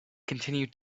continue